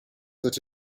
that